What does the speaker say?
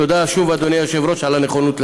תודה, שוב, אדוני היושב-ראש על הנכונות להעלות.